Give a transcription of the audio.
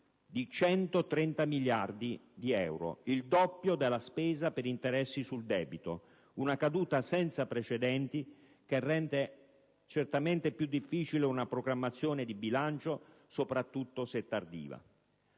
di 130 miliardi di euro, il doppio della spesa per interessi sul debito; una caduta senza precedenti che rende certamente più difficile una programmazione di bilancio, soprattutto se tardiva.